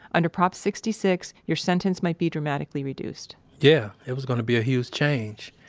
under prop sixty six, your sentence might be dramatically reduced yeah. it was gonna be a huge change.